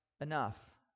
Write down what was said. enough